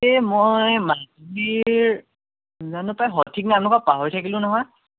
এই মই মাজুলীৰ জানো পাই সঠিক নামটো পাহৰি থাকিলোঁ নহয়